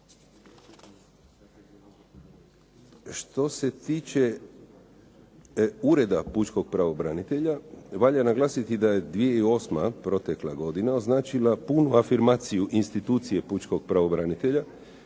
Što se tiče ureda pučkog pravobranitelja valja naglasiti da je 2008., protekla godina označila punu afirmaciju institucije pučkog pravobranitelja,